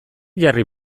jarri